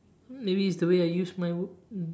maybe it's the way I use my